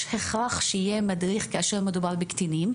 הכרח שיהיה מדריך כאשר מדובר בקטינים.